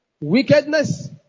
wickedness